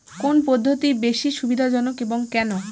কোন পদ্ধতি বেশি সুবিধাজনক এবং কেন?